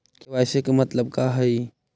KYC के मतलब का हई?